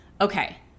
okay